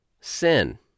Sin